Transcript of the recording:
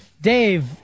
Dave